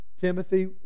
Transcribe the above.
Timothy